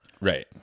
Right